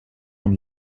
von